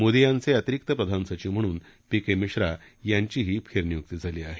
मोदी यांचे अतिरिक्त प्रधान सचिव म्हणून पी के मिश्रा यांचीही फरनियुक्ती झाली आहे